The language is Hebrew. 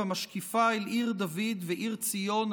המשקיפה אל עיר דוד ועיר ציון,